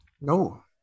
No